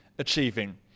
achieving